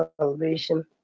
salvation